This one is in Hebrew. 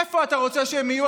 איפה אתה רוצה שהם יהיו,